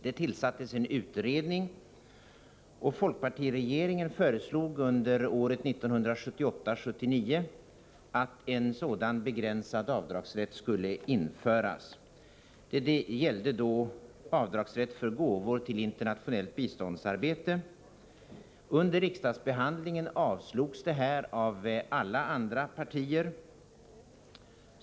Det tillsattes en utredning, och folkpartiregeringen föreslog under budgetåret 1978/79 att en begränsad rätt till avdrag för gåvor till internationellt biståndsarbete skulle införas. Under riksdagsbehandlingen avslogs det här förslaget av alla andra partier.